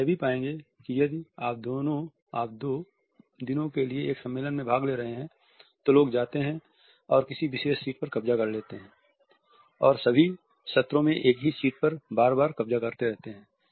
आप यह भी पाएंगे कि यदि आप दो दिनों के लिए एक सम्मेलन में भाग ले रहे हैं तो लोग जाते हैं और किसी विशेष सीट पर कब्जा कर लेते हैं और सभी सत्रों में एक ही सीट पर बार बार कब्जा करते रहते हैं